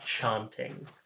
Chanting